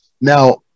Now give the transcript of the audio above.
now